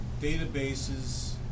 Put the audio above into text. databases